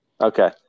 Okay